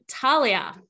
Talia